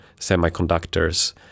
semiconductors